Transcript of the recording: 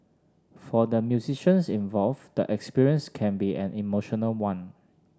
for the musicians involved the experience can be an emotional one